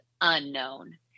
unknown